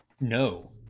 No